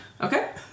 Okay